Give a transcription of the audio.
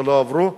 שלא עברו,